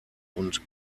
und